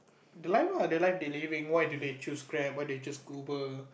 the life lah the life they living why do they choose Grab why they choose Uber